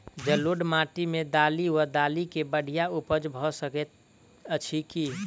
जलोढ़ माटि मे दालि वा दालि केँ बढ़िया उपज भऽ सकैत अछि की?